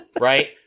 Right